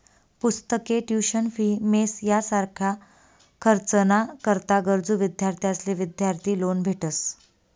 पुस्तके, tuition fee, mess यासारखा खर्च ना करता गरजू विद्यार्थ्यांसले विद्यार्थी लोन भेटस